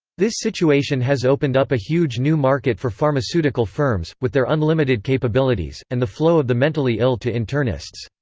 this situation has opened up a huge new market for pharmaceutical firms, with their unlimited capabilities, and the flow of the mentally ill to internists.